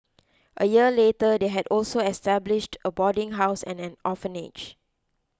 a year later they had also established a boarding house and an orphanage